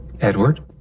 Edward